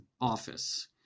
office